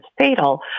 fatal